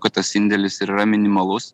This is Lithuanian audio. kad tas indėlis ir yra minimalus